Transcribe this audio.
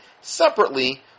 separately